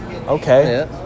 Okay